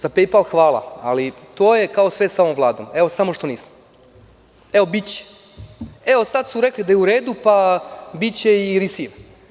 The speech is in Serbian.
Za PayPal hvala, ali to je kao i sve sa ovom vladom – evo, samo što nismo, evo biće, evo sad su rekli da je u redu, pa biće i „recieve“